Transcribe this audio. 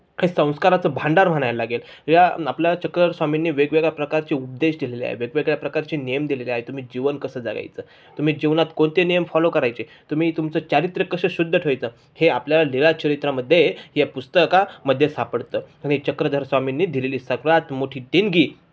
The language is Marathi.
हे संस्काराचं भांडार म्हणायला लागेल या आपल्याला चक्रधरस्वामींनी वेगवेगळ्या प्रकारचे उपदेश दिलेले आहे वेगवेगळ्या प्रकारचे नियम दिलेले आहे तुम्ही जीवन कसं जगायचं तुम्ही जीवनात कोणते नियम फॉलो करायचे तुम्ही तुमचं चारित्र्य कसं शुद्ध ठेवायचं हे आपल्याला लीळा चरित्रामध्ये या पुस्तकामध्ये सापडतं आणि चक्रधरस्वामींनी दिलेली सगळ्यात मोठी देणगी